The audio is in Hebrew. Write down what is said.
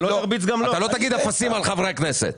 לא תגיד אפסים על חברי כנסת.